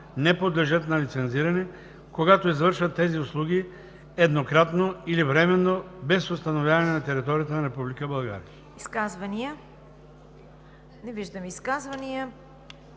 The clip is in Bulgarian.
не подлежат на лицензиране, когато извършват тези услуги еднократно или временно без установяване на територията на